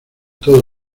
todo